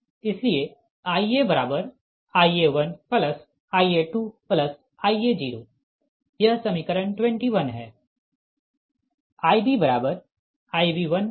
इसलिए IaIa1Ia2Ia0 यह समीकरण 21 है